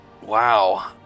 Wow